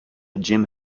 jim